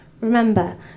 Remember